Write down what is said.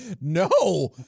No